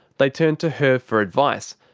they turned to her for advice.